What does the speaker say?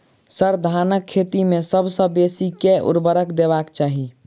sir, धानक खेत मे सबसँ बेसी केँ ऊर्वरक देबाक चाहि